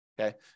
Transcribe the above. okay